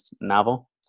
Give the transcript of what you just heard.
novel